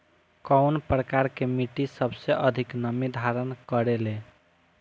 कउन प्रकार के मिट्टी सबसे अधिक नमी धारण करे ले?